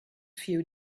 few